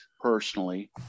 personally